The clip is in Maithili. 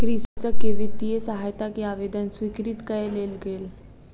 कृषक के वित्तीय सहायता के आवेदन स्वीकृत कय लेल गेल